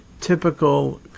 typical